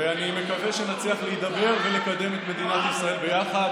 ואני מקווה שנצליח להידבר ולקדם את מדינת ישראל ביחד,